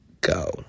go